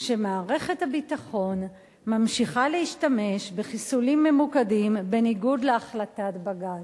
שמערכת הביטחון ממשיכה להשתמש בחיסולים ממוקדים בניגוד להחלטת בג"ץ.